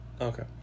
Okay